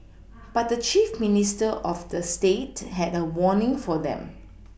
but the chief Minister of the state had a warning for them